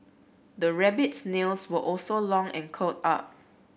the rabbit's nails were also long and curled up